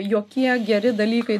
jokie geri dalykai